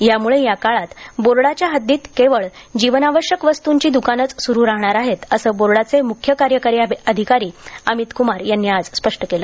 यामुळे या काळात बोर्डाच्या हद्दीत केवळ जीवनावश्यक वस्तूंची दूकानेच सुरू राहणार आहेत असं बोर्डाचे मुख्य कार्यकारी अधिकारी अमितक्मार यांनी आज स्पष्ट केलं